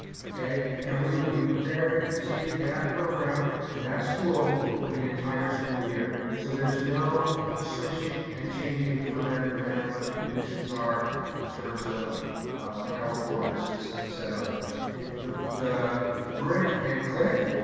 and we would be prepared to continue that program and that school for the entire school year. so there's no switching and changing for them no matter what the conditions are in terms of health orders and et cetera. the the brick and click,